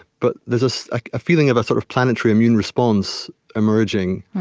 but there's so ah a feeling of a sort of planetary immune response emerging,